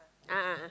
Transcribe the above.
a'ah a'ah